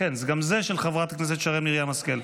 של חברת הכנסת שרן מרים השכל.